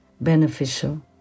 beneficial